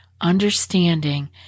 understanding